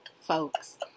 folks